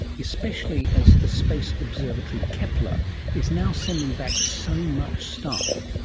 especially as the space observatory kepler is now sending back so much stuff?